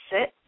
sit